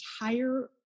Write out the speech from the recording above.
entire